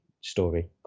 story